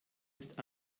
ist